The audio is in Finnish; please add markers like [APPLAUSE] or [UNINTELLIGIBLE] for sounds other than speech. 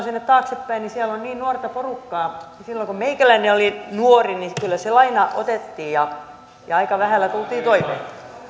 [UNINTELLIGIBLE] sinne taaksepäin niin siellä on nuorta porukkaa silloin kun meikäläinen oli nuori niin kyllä se laina otettiin ja ja aika vähällä tultiin toimeen